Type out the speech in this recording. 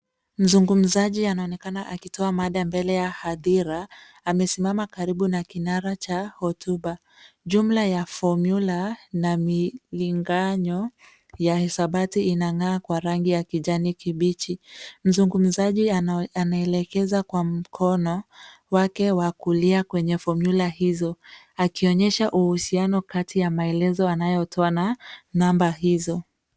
Mzungumzaji anaonekana akitoa mada mbele ya hadhira amesimama karibu na kinara cha hotuba. Jumla ya fomyula na milinganyo ya hisabati inang'aa kwa rangi ya kijani kibichi. Mzungumzaji anaelekeza kwa mkono wake wa kulia kwenye fomyula hizo akionyesha uhusiano kati ya maelezo anayotoa na namba hizo.